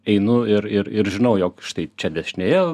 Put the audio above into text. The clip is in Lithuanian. einu ir ir ir žinau jog štai čia dešinėje